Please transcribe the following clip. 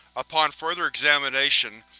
upon further examination,